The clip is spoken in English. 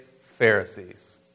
Pharisees